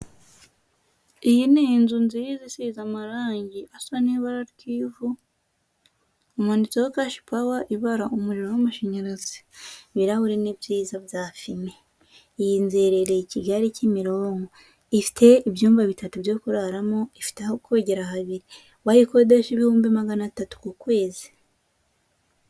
Iyi ni inzu nziza isize amarangi asa n'ibara ry'ivu, imanitseho cashpower ibara umuriro w'amashanyarazi, ibirahuri ni byiza bya fime, yingerereye i kigali kimironko ifite ibyumba bitatu byo kuraramo, ifite aho kwegera habiri, wayikodeshe ibihumbi magana atatu ku kwezi.